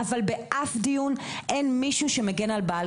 אבל באף דיון אין מי שמגן על בעלי